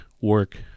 work